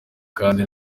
kandi